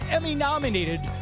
Emmy-nominated